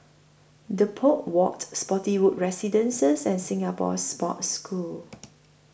Depot Walk Spottiswoode Residences and Singapore Sports School